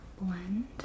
blend